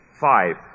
five